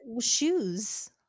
Shoes